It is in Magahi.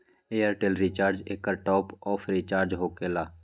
ऐयरटेल रिचार्ज एकर टॉप ऑफ़ रिचार्ज होकेला?